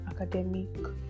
academic